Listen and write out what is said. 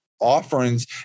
offerings